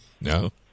No